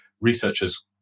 researchers